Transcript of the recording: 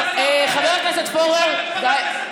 חבר הכנסת פורר, די.